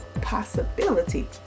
possibility